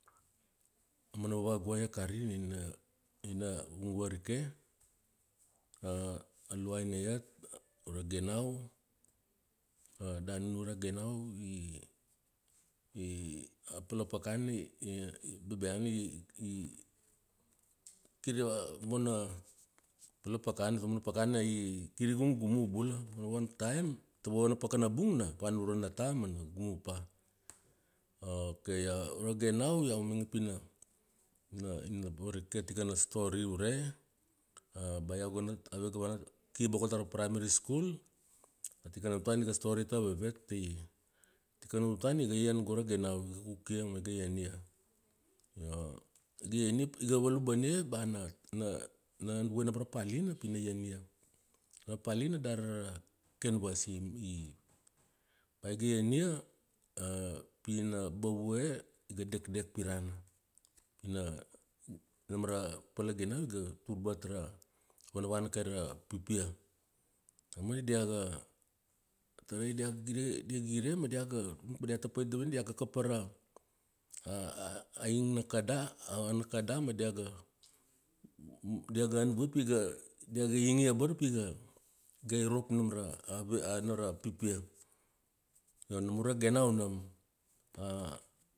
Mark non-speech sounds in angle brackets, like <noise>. Aumana vavaguai a kari nina, ina vung varike, <hesitation> a luaina iat ure ganau. A da nunure ra ganau i <hesitation> a palapkana i <hesitation> a bebeana i, <hesitation> kira bona palapakana. Ta umana pakana i, kir i gumgumu bula. Vavana time, ta vana pakana bung na vana ura nata ma na gumu pa. Ok ure ra ganau, iau mainge pi na, na ina varike tikana story ure, <hesitation> a bea iau ga nat, ave ga van, ki boko tara primary school, tikana paina iga stori tavavet pi, tikana tutana iga ien gi ra ganau. Iga kukia ma iga iania. Io, iga ian ia, iga valubane bea na, na an vue nam ra palina, pi na ian ia. A palina dari ra canvas i, i. Ba i ga ian bea pi na bam vue iga dekdek pirana. Nam ra pala ganau iga turbat ra, vanavana kaira pipia. Damana diaga, tarai dia ga gire, ga gire ma diaga nuk bea diata pait davitane. Diaga kapa ra, <hesitation> a ing na kada, a na na kada ma diaga an vue, dia ga ing ia abara pi iga, iga irop nam ra pipia. Io nam ure ra ganau nam. <hesitation>